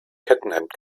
kettenhemd